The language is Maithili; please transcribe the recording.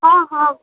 हँ हँ